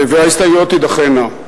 וההסתייגויות תידחנה.